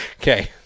Okay